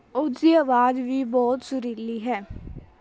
ਉਸਦੀ ਆਵਾਜ਼ ਵੀ ਬਹੁਤ ਸੁਰੀਲੀ ਹੈ